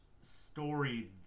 story